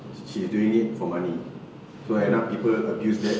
she's doing it for money so end up people abuse that